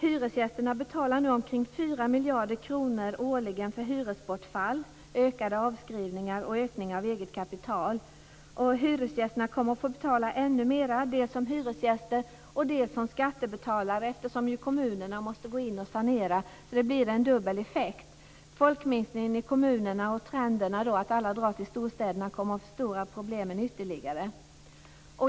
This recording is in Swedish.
Hyresgästerna betalar nu omkring 4 miljarder kronor årligen för hyresbortfall, ökade avskrivningar och ökning av eget kapital. Hyresgästerna kommer att få betala ännu mera dels som hyresgäster, dels som skattebetalare, eftersom kommunerna måste gå in och sanera. Det blir en dubbel effekt. Folkminskningen i kommunerna och trenden att alla drar till storstäderna kommer att förstora problemen ytterligare.